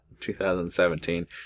2017